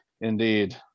Indeed